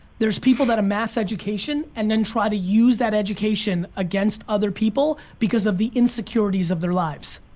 there's people that amass education and then try to use that education against other people because of the insecurities of their lives.